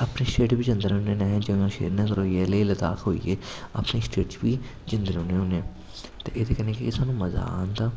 अपना स्टेट बी जंदे रौह्न्ने होन्ने जियां श्रीनगर होई गेआ लेह् लदाख होई गे अपनी स्टेट च बी जंदे रौह्न्ने होन्ने ते एह्दे कन्नै केह् सानूं मजा आंदा